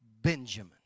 Benjamin